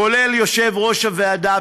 כולל יושב-ראש הוועדה,